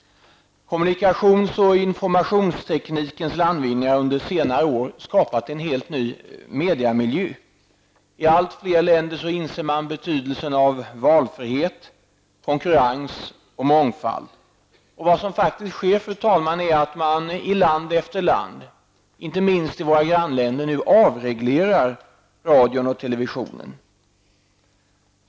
Kommunikations och informationsteknikens landvinningar under senare år har skapat en helt ny mediemiljö. I allt fler länder inser man betydelsen av valfrihet, konkurrens och mångfald. Det som faktiskt sker, fru talman, är att man i land efter land, inte minst i våra grannländer, avreglerar radion och televisionen.